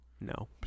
No